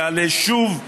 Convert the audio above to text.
יעלה שוב,